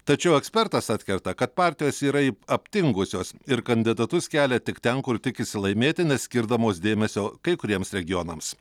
tačiau ekspertas atkerta kad partijos yra aptingusios ir kandidatus kelia tik ten kur tikisi laimėti neskirdamos dėmesio kai kuriems regionams